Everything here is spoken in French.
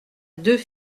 deux